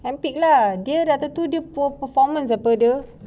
hand picked lah dia ada dia performance apa dia